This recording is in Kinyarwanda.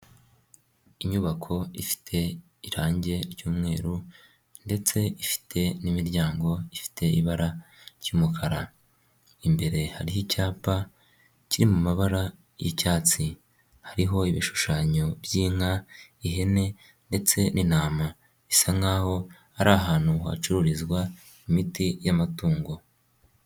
Inyubako ifite irangi ry'umweru ndetse ifite n'imiryango ifite ibara ry'umukara, imbere hariho icyapa kiri mu mabara y'icyatsi hariho ibishushanyo by'inka, ihene ndetse n'intama, bisa nk'aho ari ahantu hacururizwa imiti y'amatungo.